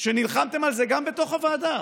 שנלחמתם גם בתוך הוועדה